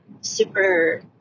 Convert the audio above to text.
super